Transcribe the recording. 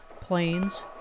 planes